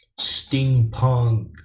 steampunk